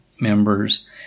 members